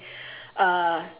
uh